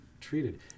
treated